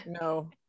no